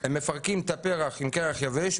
הם מפרקים את הפרח עם קרח יבש,